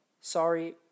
sorry